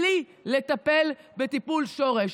בלי לטפל בטיפול שורש.